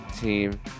team